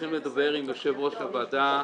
צריכים לדבר עם יושב-ראש הוועדה המשותפת,